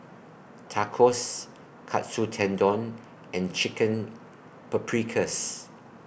Tacos Katsu Tendon and Chicken Paprikas